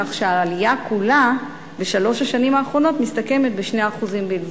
כך שהעלייה כולה בשלוש השנים האחרונות מסתכמת בכ-2% בלבד.